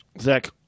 zach